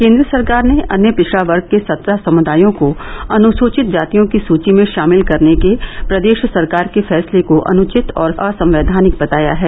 केन्द्र सरकार ने अन्य पिछड़ा वर्ग के सत्रह समुदायों को अनुसूचित जातियों की सूची में शामिल करने के प्रदेश सरकार के फैसले को अनुचित और असंवैधानिक बताया है